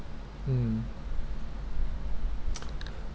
hmm